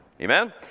Amen